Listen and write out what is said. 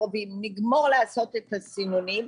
נגמור לעשות את הסינונים,